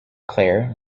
claire